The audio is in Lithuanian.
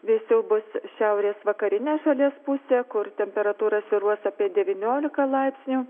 vėsiau bus šiaurės vakarinė šalies pusė kur temperatūra svyruos apie devyniolika laipsnių